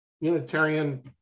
Unitarian